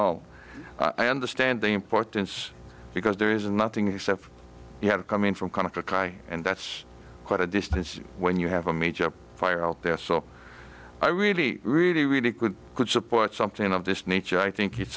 all i understand the importance because there is nothing except you have to come in from kind of to cry and that's quite a distance when you have a major fire out there so i really really really good could support something of this nature i think it's